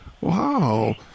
Wow